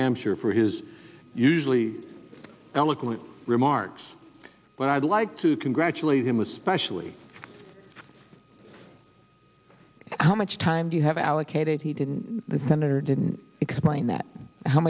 hampshire for his usually eloquent remarks but i'd like to congratulate him especially how much time do you have allocated he didn't the senator didn't explain that how